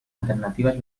alternativas